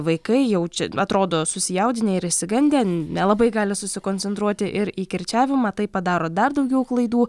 vaikai jaučia atrodo susijaudinę ir išsigandę nelabai gali susikoncentruoti ir į kirčiavimą taip padaro dar daugiau klaidų